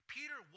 Peter